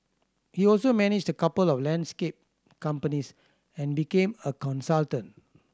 he also managed the couple of landscape companies and became a consultant